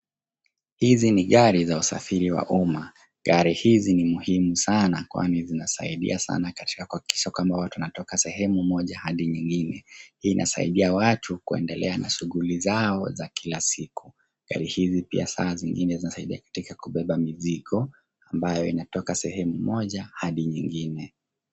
Hizi ni gari za usafiri wa umma. Gari hizi ni muhimu sana kwani zinasaidia sana katika kuhakikisha kwamba watu wanatoka sehemu moja hadi nyingine. Hii inasaidia watu kuendelea na shughuli zao za kila siku. Gari hizi pia saa zingine zinasaidia katika kubeba mizigo ambayo inatoka sehemu moja hadi nyingine.